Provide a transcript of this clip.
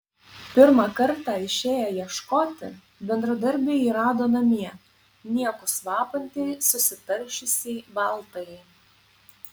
pirmą kartą išėję ieškoti bendradarbiai jį rado namie niekus vapantį susitaršiusį baltąjį